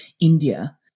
India